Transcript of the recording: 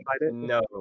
No